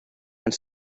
and